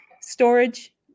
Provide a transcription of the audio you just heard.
storage